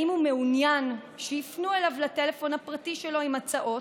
הוא מעוניין שיפנו אליו לטלפון הפרטי שלו עם הצעות,